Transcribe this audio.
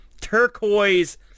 turquoise